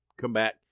comeback